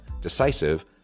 decisive